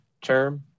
term